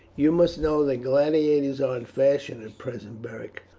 you must know that gladiators are in fashion at present, beric.